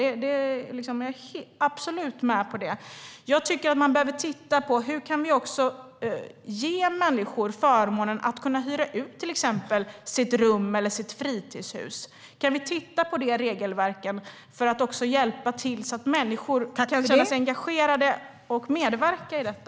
Jag är absolut med på det. Jag tycker att vi behöver titta på hur vi också kan ge människor förmånen att kunna hyra ut till exempel ett rum eller ett fritidshus. Kan vi titta på de regelverken så att människor kan känna sig engagerade och medverkar i detta?